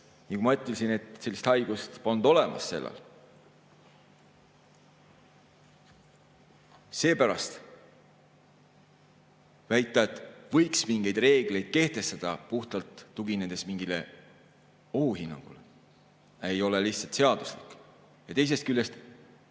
nagu ma ütlesin, sellist haigust polnud olemas sellal. Seepärast väita, et võiks mingeid reegleid kehtestada, puhtalt tuginedes mingile ohuhinnangule, ei ole lihtsalt seaduslik. Ja teisest küljest,